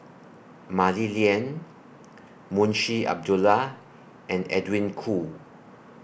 Mah Li Lian Munshi Abdullah and Edwin Koo